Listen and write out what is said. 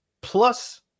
Plus